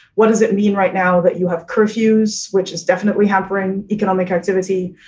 what does it mean right now that you have curfews, which is definitely hampering economic activity?